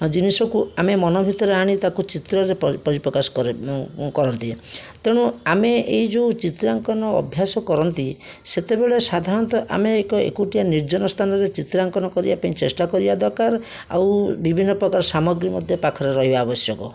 ଜିନିଷକୁ ଆମେ ମନ ଭିତରେ ଆଣି ତାକୁ ଚିତ୍ରରେ ପରିପ୍ରକାଶ କରି କରନ୍ତି ତେଣୁ ଆମେ ଏଇ ଯେଉଁ ଚିତ୍ରାଙ୍କନ ଅଭ୍ୟାସ କରନ୍ତି ସେତେବେଳେ ସାଧାରଣତଃ ଆମେ ଏକ ଏକୁଟିଆ ନିର୍ଜନ ସ୍ଥାନରେ ଚିତ୍ରାଙ୍କନ କରିବା ପାଇଁ ଚେଷ୍ଟା କରିବା ଦରକାର ଆଉ ବିଭିନ୍ନପ୍ରକାର ସାମଗ୍ରୀ ମଧ୍ୟ ପାଖରେ ରହିବା ଆବଶ୍ୟକ